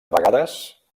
vegades